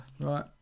Right